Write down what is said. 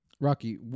Rocky